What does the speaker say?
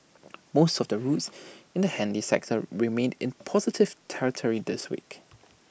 most of the routes in the handy sector remained in positive territory this week